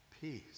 peace